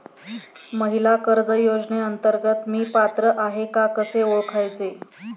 महिला कर्ज योजनेअंतर्गत मी पात्र आहे का कसे ओळखायचे?